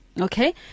Okay